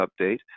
update